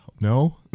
no